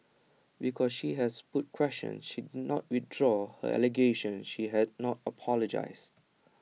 because she has put questions she did not withdraw her allegation she has not apologised